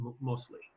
mostly